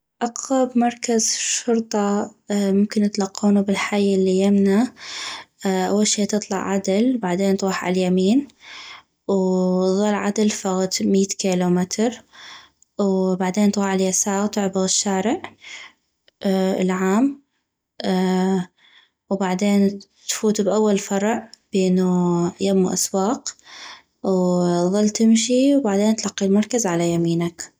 اقغب مركز شرطة ممكن تلقونو بالحي الي يمنا اول شي تطلع عدل بعدين تغوح عل يمين وظل عدل فغد ميت كيلومتر و بعدين تغوح عل يساغ تعبغ الشارع العام وبعدين تفوت باول فرع بينو يمو اسواق وتظل تمشي وبعدين تلقي المركز على يمينك